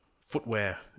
footwear